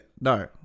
no